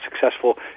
successful